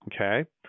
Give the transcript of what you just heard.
okay